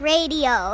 Radio